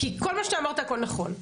כי כל מה שאמרת, הכל נכון.